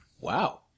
Wow